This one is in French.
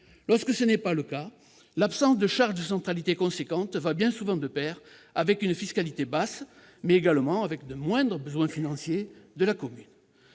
Lorsque ce n'est pas le cas, l'absence de charges de centralité importantes va bien souvent de pair avec une fiscalité basse, mais également avec de moindres besoins financiers de la commune.